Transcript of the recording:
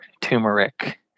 turmeric